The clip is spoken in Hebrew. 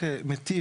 שוב פעם, זו